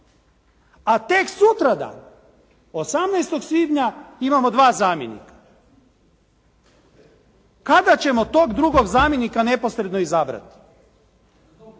a tek sutradan 18. svibnja imamo dva zamjenika. Kada ćemo tok drugog zamjenika neposredno izabrati?